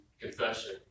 confession